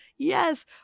Yes